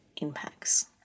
impacts